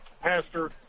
pastor